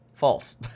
False